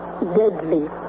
deadly